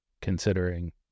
Considering